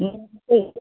नमस्ते